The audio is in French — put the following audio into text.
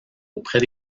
auprès